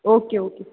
okay okay